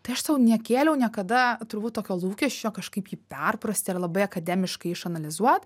tai aš tau nekėliau niekada turbūt tokio lūkesčio kažkaip jį perprasti ir labai akademiškai išanalizuot